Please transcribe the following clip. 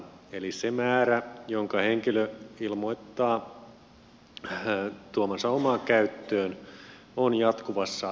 eli se määrä jonka henkilö ilmoittaa tuovansa omaan käyttöön on jatkuvassa seurannassa